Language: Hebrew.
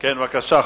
בבקשה.